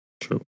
true